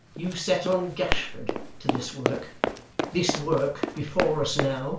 you set on gashford to this work this work before us now.